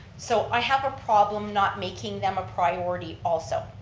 so i have a problem not making them a priority also,